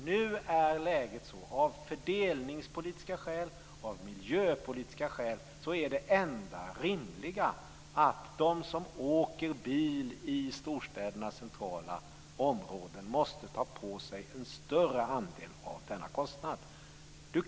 Nu är läget så att av fördelningspolitiska och miljöpolitiska skäl är det enda rimliga att de som åker bil i storstädernas centrala områden måste ta på sig en större andel av kostnaden.